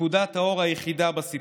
נקודת האור היחידה בסיפור,